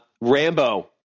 Rambo